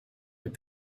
with